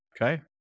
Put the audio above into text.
Okay